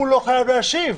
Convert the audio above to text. הוא לא חייב להשיב.